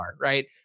Right